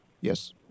Yes